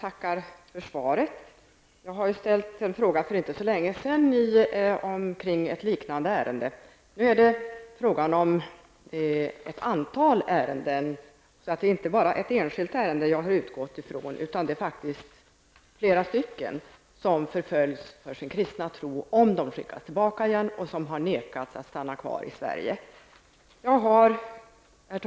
Herr talman! Jag tackar för svaret. För inte så länge sedan ställde jag en fråga om ett liknande ärende. Nu är det fråga om ett antal ärenden. Jag har alltså inte utgått från ett enskilt fall, utan det rör sig om flera stycken som förföljs för sin kristna tro, om de skickas tillbaka igen för att de inte får stanna kvar i Sverige. Herr talman!